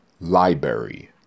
Library